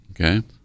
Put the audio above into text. Okay